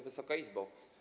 Wysoka Izbo!